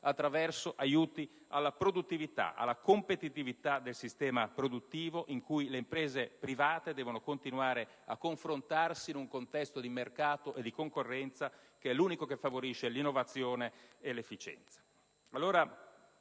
attraverso aiuti alla produttività e alla competitività del sistema produttivo, in cui le imprese private devono continuare a confrontarsi, in un contesto di mercato e di concorrenza che è l'unico che favorisce l'innovazione e l'efficienza.